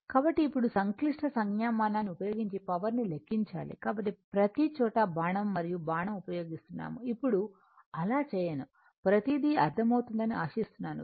కాబట్టి ఇప్పుడు సంక్లిష్ట సంజ్ఞామానాన్ని ఉపయోగించి పవర్ని లెక్కించాలి కాబట్టి ప్రతిచోటా బాణం మరియు బాణం ఉపయోగిస్తున్నాము ఇప్పుడు అలా చేయను ప్రతీదీ అర్థమవుతుందని ఆశిస్తున్నాను